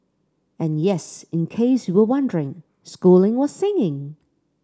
and yes in case you were wondering schooling was singing